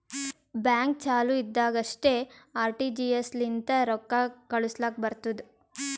bank ಚಾಲು ಇದ್ದಾಗ್ ಅಷ್ಟೇ ಆರ್.ಟಿ.ಜಿ.ಎಸ್ ಲಿಂತ ರೊಕ್ಕಾ ಕಳುಸ್ಲಾಕ್ ಬರ್ತುದ್